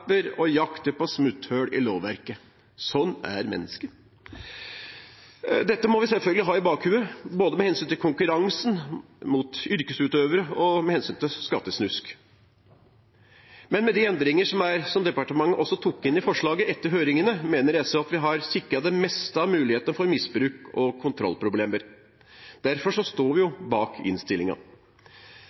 og jakter på smutthull i lovverket. Slik er mennesket. Dette må vi selvfølgelig ha i bakhodet både med hensyn til konkurransen opp mot yrkesutøvere og med hensyn til skattesnusk. Men med de endringer som departementet også tok inn i forslaget etter høringene, mener SV at vi har sikret det meste av mulighetene for misbruk og kontrollproblemer. Derfor står vi bak